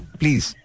please